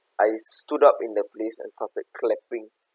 I stood up in the place and started clapping